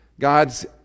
God's